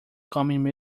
coming